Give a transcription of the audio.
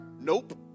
Nope